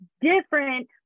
different